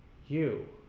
you